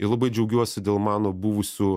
ir labai džiaugiuosi dėl mano buvusių